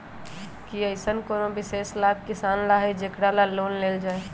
कि अईसन कोनो विशेष लाभ किसान ला हई जेकरा ला लोन लेल जाए?